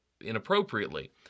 inappropriately